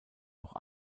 auch